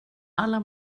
alla